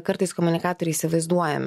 kartais komunikatoriai įsivaizduojam